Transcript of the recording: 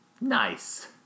Nice